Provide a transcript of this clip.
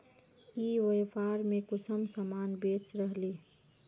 ई व्यापार में कुंसम सामान बेच रहली?